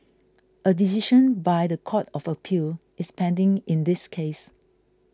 a decision by the Court of Appeal is pending in this case